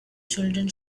children